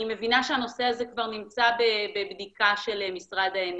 אני מבינה שהנושא הזה כבר נמצא בבדיקה של משרד האנרגיה.